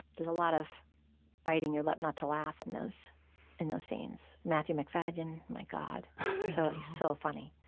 there's a lot of biting your lip not to laugh and those in those scenes. matthew mcfadden my god so he's so funny.